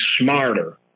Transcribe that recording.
smarter